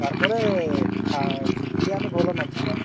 ତାର୍ ପରେ ବିରିୟାନୀ ଭଲ ନଥିଲା